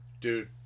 Dude